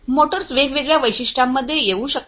Motors वेगवेगळ्या वैशिष्ट्यांमध्ये येऊ शकतात